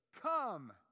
Come